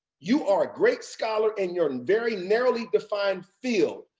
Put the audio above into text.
you are a great scholar in your and very narrowly defined field,